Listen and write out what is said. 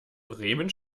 bremen